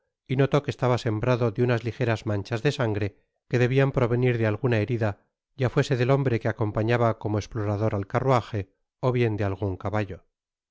y notó que estaba sembrado de unas ligeras manchas de sangre que debian provenir de alguna herida ya fuese del hombre que acompañaba como esplorador al carruaje ó bien de algun caballo